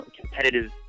competitive